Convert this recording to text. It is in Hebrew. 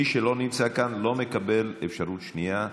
מי שלא נמצא כאן לא מקבל אפשרות שנייה.